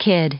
Kid